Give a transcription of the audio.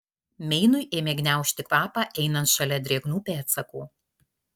meinui ėmė gniaužti kvapą einant šalia drėgnų pėdsakų